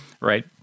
right